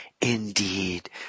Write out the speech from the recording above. Indeed